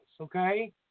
okay